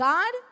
God